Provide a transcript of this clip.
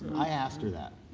i asked her that,